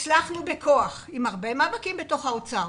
אנחנו הצלחנו בכוח, עם הרבה מאבקים בתוך האוצר,